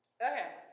Okay